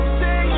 say